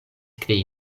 krei